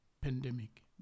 pandemic